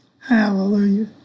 Hallelujah